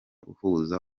uhuza